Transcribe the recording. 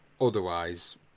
otherwise